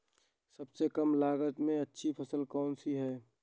सबसे कम लागत में अच्छी फसल कौन सी है?